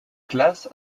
classe